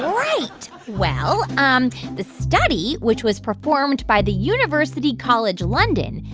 right. well, um the study, which was performed by the university college london,